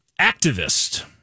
Activist